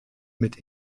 mit